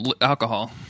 alcohol